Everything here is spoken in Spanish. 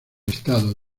estado